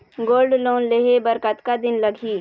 Gold loan लेहे बर कतका दिन लगही?